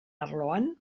arloan